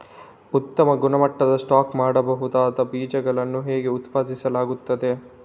ಉತ್ತಮ ಗುಣಮಟ್ಟದ ಸ್ಟಾಕ್ ಮಾಡಬಹುದಾದ ಬೀಜಗಳನ್ನು ಹೇಗೆ ಉತ್ಪಾದಿಸಲಾಗುತ್ತದೆ